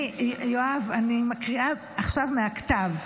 אני, יואב, אני מקריאה עכשיו מהכתב.